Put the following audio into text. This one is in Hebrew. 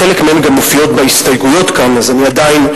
חלק מהן גם מופיעות בהסתייגויות כאן אז אני עדיין,